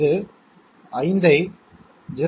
இது 5 ஐ 0